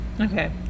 Okay